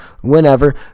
whenever